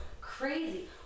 crazy